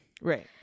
right